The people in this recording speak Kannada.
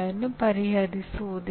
ಮತ್ತು ಅದನ್ನು ಮೊದಲೇ ನಿರ್ಧರಿಸಲಾಗುವುದಿಲ್ಲ